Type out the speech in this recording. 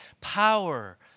power